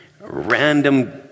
random